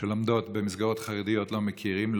שלומדות במסגרות חרדיות לא מכירים,